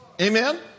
Amen